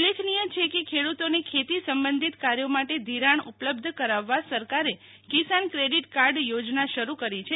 ઉલ્લેખનીય છે કે ખેડૂતોને ખેતી સંબંધિત કાર્યો માટે ધિરાણ ઉપલબ્ધ કરાવવા સરકારે કિસાન ક્રેડીટ કાર્ડ યોજના શરૂ કરી છે